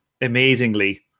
amazingly